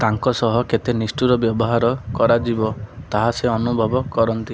ତାଙ୍କ ସହ କେତେ ନିଷ୍ଠୁର ବ୍ୟବହାର କରାଯିବ ତାହା ସେ ଅନୁଭବ କରନ୍ତି